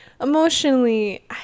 Emotionally